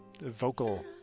vocal